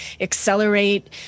accelerate